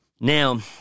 Now